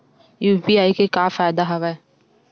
UPI के का फ़ायदा हवय?